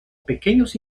pequeños